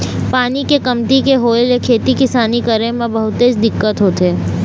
पानी के कमती के होय ले खेती किसानी करे म बहुतेच दिक्कत होथे